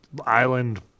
island